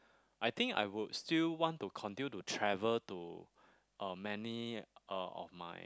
I think I would still want to continue to travel to uh many uh of my